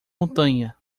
montanha